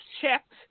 checked